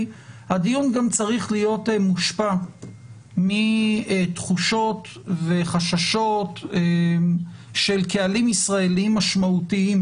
הדיון גם צריך להיות מושפע מתחושות וחששות של קהלים ישראלים משמעותיים,